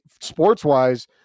sports-wise